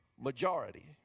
majority